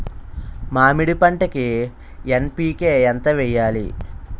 మామిడి పంటకి ఎన్.పీ.కే ఎంత వెయ్యాలి?